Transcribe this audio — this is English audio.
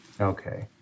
Okay